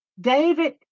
David